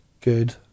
good